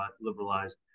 liberalized